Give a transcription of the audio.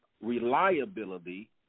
reliability